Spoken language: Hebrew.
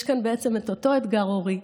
יש כאן את אותו אתגר הורי.